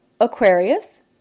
Aquarius